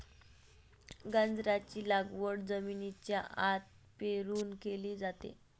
गाजराची लागवड जमिनीच्या आत पेरून केली जाते